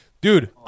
dude